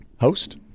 Host